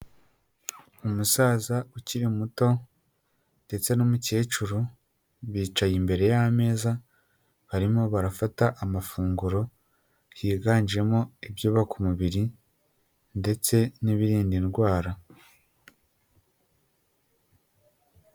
Umusaza ukiri muto ndetse n'umukecuru, bicaye imbere y'ameza barimo barafata amafunguro, higanjemo ibyubaka umubiri ndetse n'ibirinda indwara.